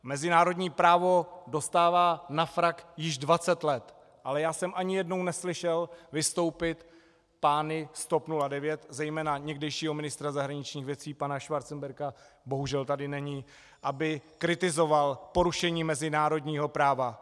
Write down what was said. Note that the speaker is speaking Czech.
Mezinárodní právo dostává na frak již 20 let, ale já jsem ani jednou neslyšel vystoupit pány z TOP 09, zejména někdejšího ministra zahraničních věcí pana Schwarzenberga bohužel tady není , aby kritizoval porušení mezinárodního práva.